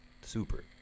Super